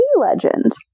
legend